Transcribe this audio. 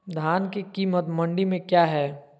धान के कीमत मंडी में क्या है?